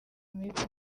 mibi